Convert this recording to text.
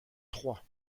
troyes